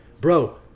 Bro